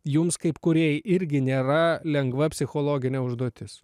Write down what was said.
jums kaip kūrėjai irgi nėra lengva psichologinė užduotis